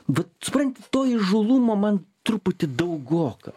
vat supranti to įžūlumo man truputį daugoka